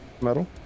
metal